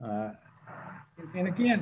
and again